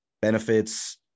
benefits